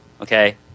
Okay